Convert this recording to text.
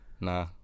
Nah